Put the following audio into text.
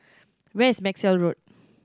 where is Maxwell Road